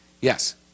Yes